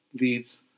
leads